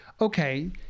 okay